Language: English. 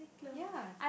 ya